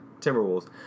Timberwolves